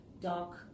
dark